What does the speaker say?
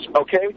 okay